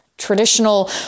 traditional